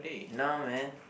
nah man